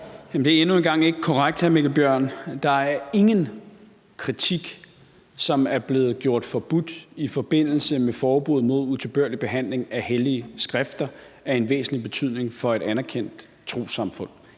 Det er endnu en gang ikke korrekt, hr. Mikkel Bjørn. Der er ingen kritik, som er blevet gjort forbudt i forbindelse med forbuddet mod utilbørlig behandling af hellige skrifter af en væsentlig betydning for et anerkendt trossamfund